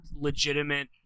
legitimate